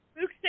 Luke